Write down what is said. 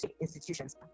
institutions